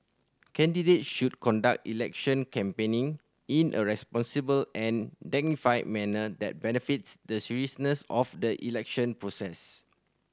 candidates should conduct election campaigning in a responsible and dignified manner that befits the seriousness of the election process